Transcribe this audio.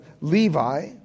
Levi